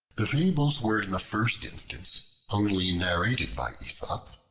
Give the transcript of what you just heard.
the fables were in the first instance only narrated by aesop,